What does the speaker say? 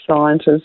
scientists